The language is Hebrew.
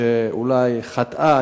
שאולי חטאה,